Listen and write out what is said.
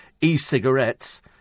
e-cigarettes